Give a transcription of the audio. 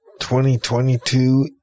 2022